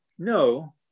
No